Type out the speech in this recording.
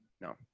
No